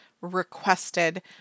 requested